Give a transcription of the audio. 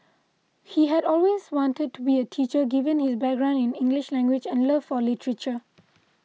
he had always wanted to be a teacher given his background in English language and love for literature